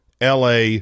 LA